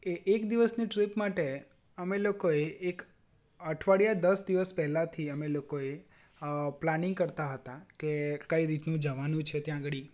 એ એક દિવસની ટ્રીપ માટે અમે લોકોએ એક અઠવાડીયા દસ દિવસ પહેલાથી અમે લોકોએ પ્લાનિંગ કરતાં હતા કે કઈ રીતનું જવાનું છે ત્યાં આગળ ઈ